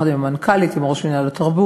יחד עם המנכ"לית ועם ראש מינהל התרבות.